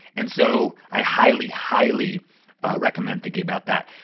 and so i highly, highly recommend thinking about that.